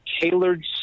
tailored